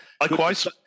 Likewise